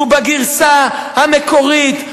הוא בגרסה המקורית,